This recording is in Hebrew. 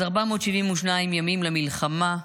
אז 472 ימים למלחמה,